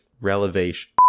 revelation